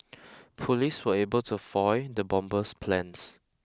police were able to foil the bomber's plans